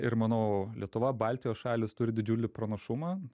ir manau lietuva baltijos šalys turi didžiulį pranašumą